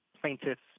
plaintiff's